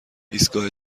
ایستگاه